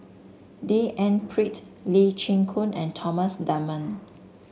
D N Pritt Lee Chin Koon and Thomas Dunman